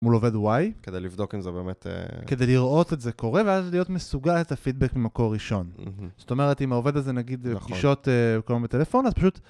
מול עובד Y, כדי לראות את זה קורה, ואז להיות מסוגל לתת פידבק ממקור ראשון. זאת אומרת, אם העובד הזה נגיד בפגישות כל היום בטלפון, אז פשוט...